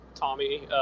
Tommy